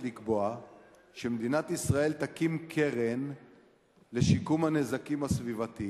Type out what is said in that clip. לקבוע שמדינת ישראל תקים קרן לשיקום הנזקים הסביבתיים,